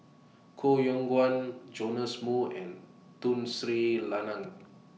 Koh Yong Guan Joash Moo and Tun Sri Lanang